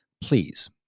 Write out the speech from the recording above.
please